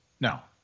now